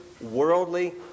worldly